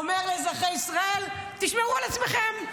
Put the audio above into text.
הוא אומר לאזרחי ישראל: תשמרו על עצמכם.